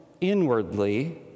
inwardly